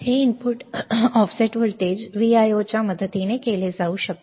हे input offset voltage VIO च्या मदतीने केले जाऊ शकते